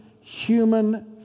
human